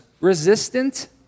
resistant